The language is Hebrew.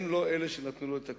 הם לא אלה שנתנו לו את הכוח.